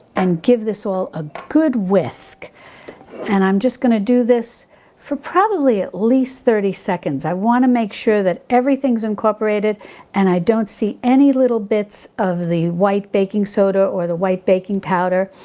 and give this all a good whisk and i'm just going to do this for probably at least thirty seconds. i want to make sure that everything's incorporated and i don't see any little bits of the white baking soda or the white baking powder